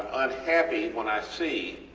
unhappy when i see